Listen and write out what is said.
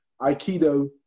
Aikido